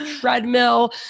treadmill